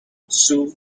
sue